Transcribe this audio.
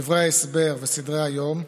דברי ההסבר וסדרי-היום,